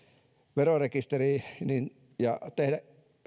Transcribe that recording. verorekisteriin ja tehdä